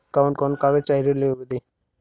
कवन कवन कागज चाही ऋण लेवे बदे?